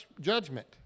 judgment